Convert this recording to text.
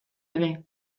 ere